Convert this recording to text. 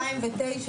יש תקנות מ-2009.